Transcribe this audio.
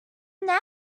now